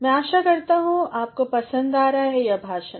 मै आशा करता हूँ आपको पसंद आ रहे हैं यह भाषण